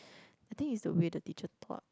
I think is the way the teacher taught